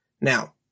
Now